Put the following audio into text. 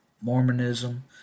Mormonism